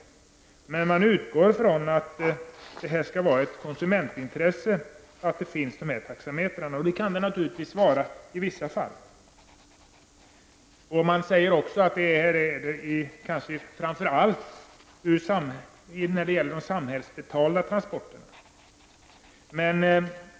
Man utgår ifrån att det är ett konsumentintresse att det skall finnas taxametrar. Det kan det naturligtvis vara i vissa fall. Man säger också att det kanske framför allt är av värde när det gäller de samhällsbetalda transporterna.